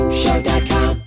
show.com